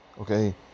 okay